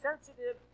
sensitive